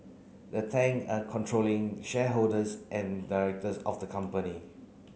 the Tang are controlling shareholders and directors of the company